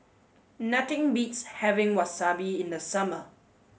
nothing beats having Wasabi in the summer